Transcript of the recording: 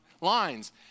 lines